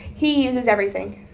he uses everything.